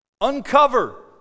Uncover